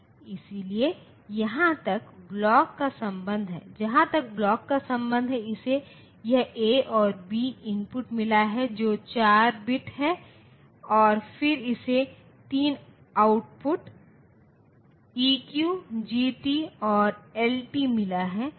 इसलिए जहां तक ब्लॉक का संबंध है इसे यह ए और बी इनपुट मिला है जो 4 बिट हैं और फिर इसे तीन आउटपुट ईक्यू जीटी और एलटी मिला है